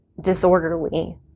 disorderly